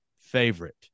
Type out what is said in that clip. favorite